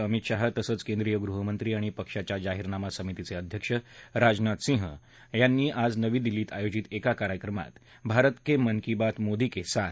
भाजपा अध्यक्ष अमित शाह तसंच केंद्रीय गृहमंत्री आणि पक्षाच्या जाहीरनामा समितीच िध्यक्ष राजनाथ सिंह आज नवी दिल्लीत आयोजित एका कार्यक्रमात भारत क्रिन की बात मोदी क्रिआथ